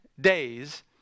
days